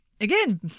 again